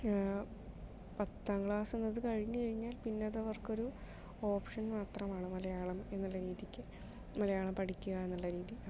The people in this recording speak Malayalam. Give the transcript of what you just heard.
പത്താം ക്ലാസ് എന്നത് കഴിഞ്ഞ് കഴിഞ്ഞാൽ പിന്നെ അതവർക്കൊരു ഓപ്ഷൻ മാത്രമാണ് മലയാളം എന്നുള്ള രീതിക്ക് മലയാളം പഠിക്കുക എന്നുള്ള രീതി അപ്പം